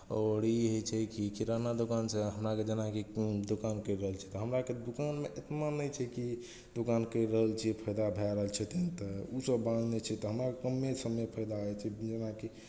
आओर ई होइ छै कि किराना दोकानसँ हमरा आरके जेनाकि कोनो दोकान करि रहल छी हमरा आरकेँ दोकानमे इतना नहि छै कि दोकान करि रहल छी फाइदा भए रहल छै तऽ ओसभ बात नहि छै तऽ हमरा कम्मे सम्मे फाइदा होइ छै जेना कि